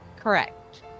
Correct